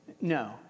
No